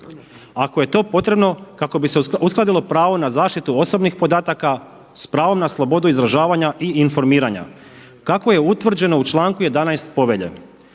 Ako je to potrebno kako bi se uskladilo pravo na zaštitu osobnih podataka sa pravom na slobodu izražavanja i informiranja kako je utvrđeno u članku 11. Povelje